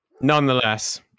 nonetheless